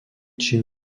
čím